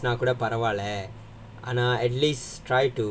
நான் கூட பரவால்ல:naan kooda paravaalla at least try to